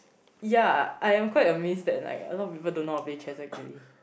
ya I am quite amazed that like a lot of people don't know how to play chess actually